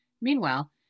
Meanwhile